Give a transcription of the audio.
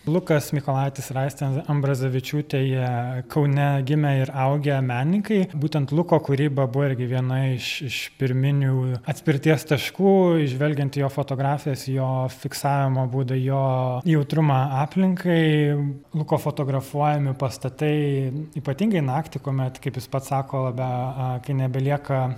lukas mykolaitis ir aistė ambrazevičiūtė jie kaune gimę ir augę menininkai būtent luko kūryba buvo irgi viena iš iš pirminių atspirties taškų žvelgiant į jo fotografijas į jo fiksavimo būdą į jo jautrumą aplinkai luko fotografuojami pastatai ypatingai naktį kuomet kaip jis pats sako labiau kai nebelieka